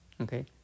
Okay